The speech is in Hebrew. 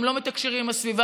הם לא מתקשרים עם הסביבה,